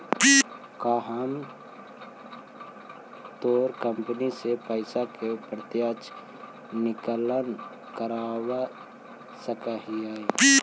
का हम तोर कंपनी से पइसा के प्रत्यक्ष विकलन करवा सकऽ हिअ?